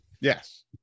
Yes